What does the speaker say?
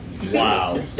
Wow